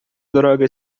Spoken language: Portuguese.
droga